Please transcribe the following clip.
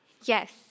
yes